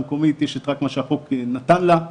ההליך הזה נמצא כרגע בהליך הגשת התנגדויות,